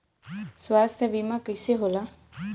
स्वास्थ्य बीमा कईसे होला?